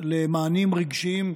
למענים רגשיים,